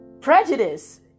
prejudice